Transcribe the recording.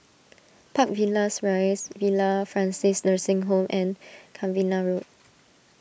Park Villas Rise Villa Francis Nursing Home and Cavenagh Road